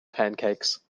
pancakes